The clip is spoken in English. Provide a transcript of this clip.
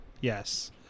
yes